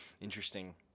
Interesting